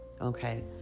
Okay